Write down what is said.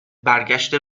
برگشت